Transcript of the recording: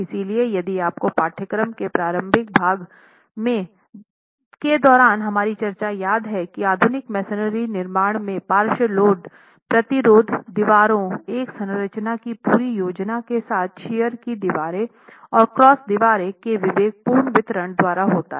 इसलिए यदि आपको पाठ्यक्रम के प्रारंभिक भाग के दौरान हमारी चर्चा याद है कि आधुनिक मेसनरी निर्माण में पार्श्व लोड प्रतिरोध दीवारों एक संरचना की पूरी योजना के साथ शियर की दीवारें और क्रॉस दीवारें के विवेकपूर्ण वितरण द्वारा होता है